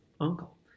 uncle